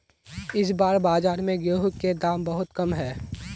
इस बार बाजार में गेंहू के दाम बहुत कम है?